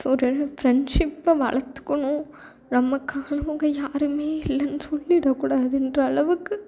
டோட்டலாக ஃப்ரெண்ட்ஸ்ஷிஃப்பை வளர்த்துக்கணும் நமக்கானவங்க யாரும் இல்லைன்னு சொல்லிட கூடாதுன்ற அளவுக்கு